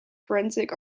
forensic